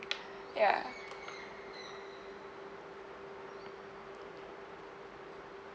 ya